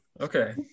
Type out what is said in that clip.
Okay